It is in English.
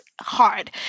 hard